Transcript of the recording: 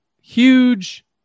huge